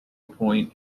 appoint